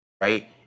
right